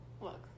Look